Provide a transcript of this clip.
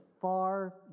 far